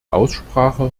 aussprache